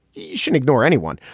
you shouldn't ignore anyone,